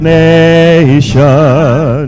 nation